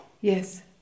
Yes